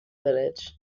village